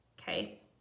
okay